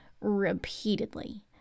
Repeatedly